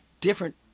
different –